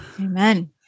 Amen